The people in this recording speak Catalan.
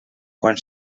quan